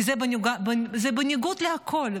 כי זה בניגוד להכול,